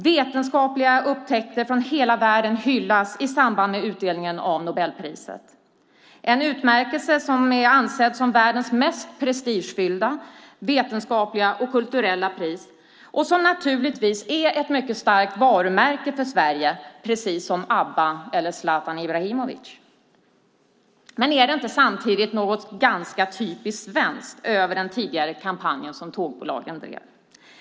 Vetenskapliga upptäckter från hela världen hyllas i samband med utdelningen av Nobelpriset, en utmärkelse som är ansedd som världens mest prestigefyllda vetenskapliga och kulturella pris och som naturligtvis är ett mycket starkt varumärke för Sverige, precis som ABBA eller Zlatan Ibrahimovic. Är det inte samtidigt något ganska typiskt svenskt över den tidigare kampanjen som tågbolaget drev?